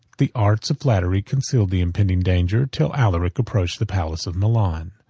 the arts of flattery concealed the impending danger, till alaric approached the palace of milan.